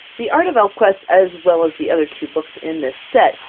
the art of elfquest, as well as the other two books in this set,